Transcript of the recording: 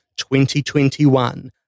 2021